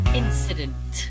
incident